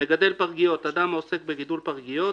"מגדל פרגיות" אדם העוסק בגידול פרגיות,